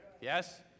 Yes